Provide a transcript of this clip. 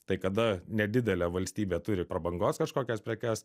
tai kada nedidelė valstybė turi prabangos kažkokias prekes